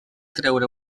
treure